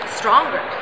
stronger